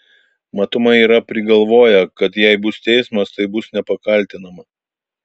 matomai yra prigalvoję kad jei bus teismas tai bus nepakaltinama